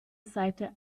seite